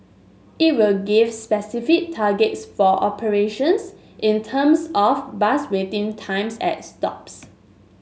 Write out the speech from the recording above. it will give specific targets for operations in terms of bus waiting times at stops